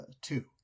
two